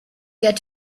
get